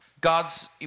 God's